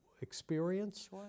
experience